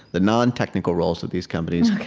the non-technical roles of these companies,